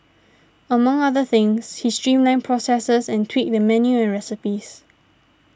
among other things he streamlined processes and tweaked the menu and recipes